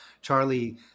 Charlie